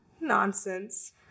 Nonsense